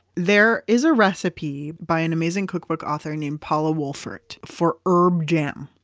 there is a recipe by an amazing cookbook author named paula wolfert for herb jam.